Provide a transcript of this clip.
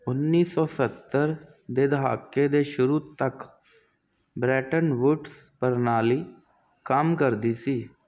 ਉੱਨੀ ਸੋ ਸੱਤਰ ਦੇ ਦਹਾਕੇ ਦੇ ਸ਼ੁਰੂ ਤੱਕ ਬ੍ਰੈਟਨ ਵੁਡਸ ਪ੍ਰਣਾਲੀ ਕੰਮ ਕਰਦੀ ਸੀ